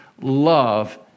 love